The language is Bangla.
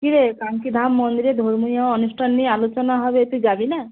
কি রে কানকি ধাম মন্দিরে ধর্মীয় অনুষ্ঠান নিয়ে আলোচনা হবে তুই যাবি না